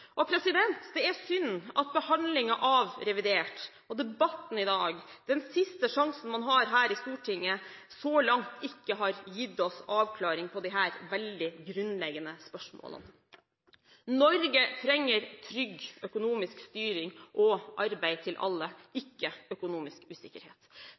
Det er synd at behandlingen av revidert og debatten i dag – den siste sjansen man har her i Stortinget – så langt ikke har gitt oss avklaring på disse veldig grunnleggende spørsmålene. Norge trenger trygg økonomisk styring og arbeid til alle – ikke økonomisk usikkerhet.